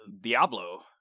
Diablo